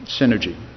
synergy